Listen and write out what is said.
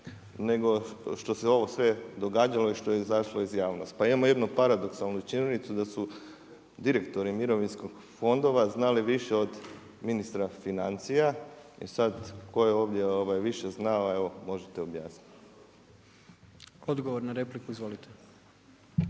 nego što se ovo sve događalo i što je izašlo u javnost. Pa imamo jednu paradoksalnu činjenicu da su direktori mirovinskih fondova znali više od ministra financija. I sada tko je ovdje više znao, evo možete objasniti. **Jandroković,